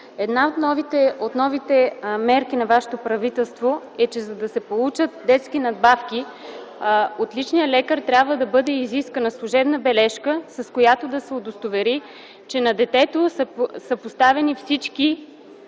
една от новите мерки на вашето правителство е, че за да се получат детски надбавки, от личния лекар трябва да бъде изискана служебна бележка, с която да се удостовери, че на детето са поставени всички